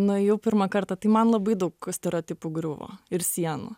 nuėjau pirmą kartą tai man labai daug stereotipų griuvo ir sienų